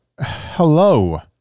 Hello